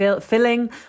filling